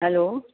hello